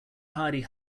hardy